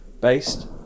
based